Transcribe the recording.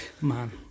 man